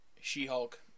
She-Hulk